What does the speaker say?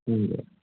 ம்